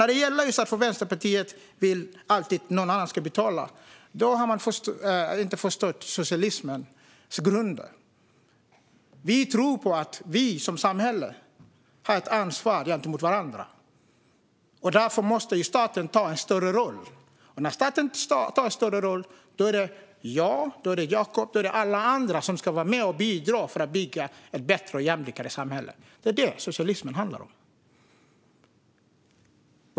När det gäller det som sas om att Vänsterpartiet alltid vill att någon annan ska betala har man inte förstått socialismens grunder. Vi tror på att vi som samhälle har ett ansvar gentemot varandra. Därför måste staten ta en större roll. Och när staten tar en större roll är det jag, Jakob och alla andra som ska vara med och bidra för att bygga ett bättre och jämlikare samhälle. Det är detta som socialismen handlar om.